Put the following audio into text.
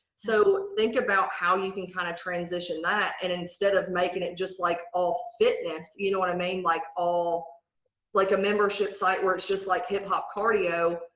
so think about how you can kind of transition that and instead of making it just like all fitness you know what i mean like all like a membership site where it's just like hip-hop cardio,